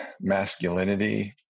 masculinity